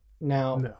now